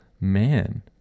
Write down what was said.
man